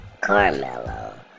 carmelo